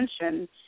attention